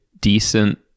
decent